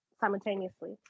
simultaneously